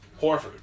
Horford